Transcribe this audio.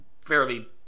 fairly